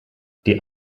die